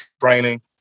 training